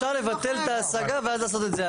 אפשר לבטל את ההשגה ואז לעשות את זה.